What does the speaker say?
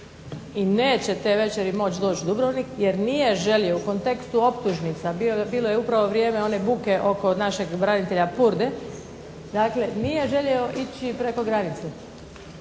i neće te večeri moći doći u Dubrovniku jer nije želio u kontekstu optužnica, bilo je upravo vrijeme one buke oko našeg branitelja Purde, dakle nije želio ići preko granice.